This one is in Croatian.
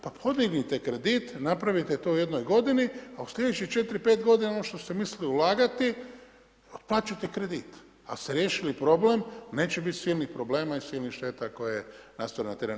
Pa podignite kredite, napravite to u jednoj godini a u sljedećih 4, 5 godina ono što ste mislili ulagati otplaćujete kredit ali ste riješili problem, neće biti silnih problema i silnih šteta koje nastanu na terenu.